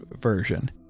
version